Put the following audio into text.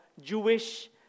Jewish